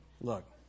Look